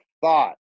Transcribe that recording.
thought